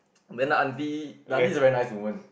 then the auntie the auntie is a very nice woman